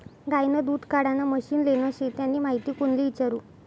गायनं दूध काढानं मशीन लेनं शे त्यानी माहिती कोणले इचारु?